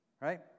Right